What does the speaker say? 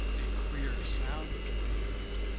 a queer sound could be heard,